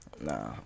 Nah